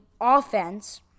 offense